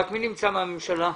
מי נמצא כאן מהממשלה?